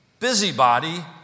Busybody